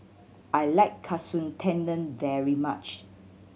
I like Katsu Tendon very much